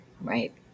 right